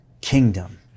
kingdom